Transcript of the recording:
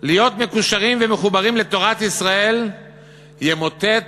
להיות מקושרים ומחוברים לתורת ישראל ימוטט